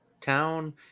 town